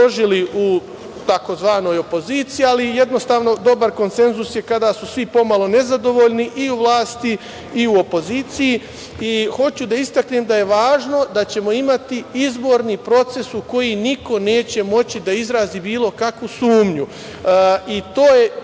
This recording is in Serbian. u tzv. opoziciji, ali jednostavno dobar konsenzus je kada su svi pomalo nezadovoljni i u vlasti i u opoziciji i hoću da istaknem da je važno da ćemo imati izborni proces u koji niko neće moći da izrazi bilo kakvu sumnju i to je